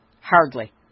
Hardly